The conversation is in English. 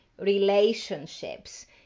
relationships